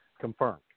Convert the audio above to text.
confirmed